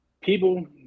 people